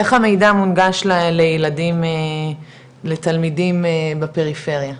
איך המידע מונגש לילדים, לתלמידים בפריפריה?